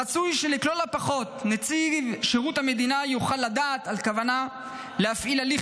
רצוי שלכל הפחות יוכל נציב שירות המדינה לדעת על כוונה להפעיל הליך